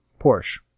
Porsche